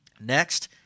Next